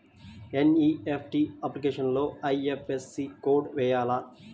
NEFT అప్లికేషన్లో IFSC code వేయాలా?